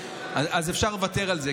אז אפשר לוותר על זה,